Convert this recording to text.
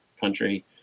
country